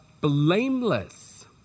blameless